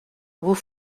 vous